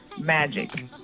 magic